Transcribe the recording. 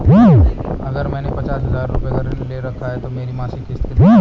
अगर मैंने पचास हज़ार रूपये का ऋण ले रखा है तो मेरी मासिक किश्त कितनी होगी?